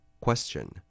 Question